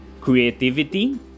creativity